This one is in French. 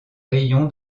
rayon